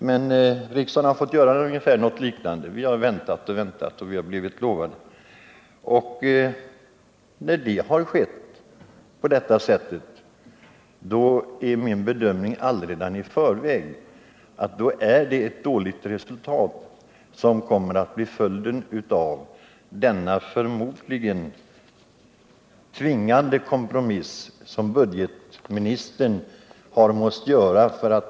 Men när det gått till på detta sätt är min bedömning allaredan i förväg att då måste det bli ett dåligt resultat av denna förmodligen tvingande kompromiss som budgetministern har måst göra.